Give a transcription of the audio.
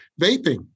vaping